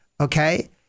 okay